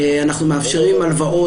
אנחנו מאפשרים הלוואות,